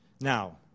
Now